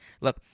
look